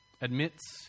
admits